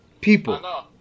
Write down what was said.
people